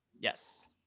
yes